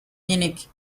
munich